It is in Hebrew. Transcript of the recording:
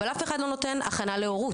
אבל אף אחד לא נותן הכנה להורות,